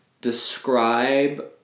describe